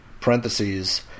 parentheses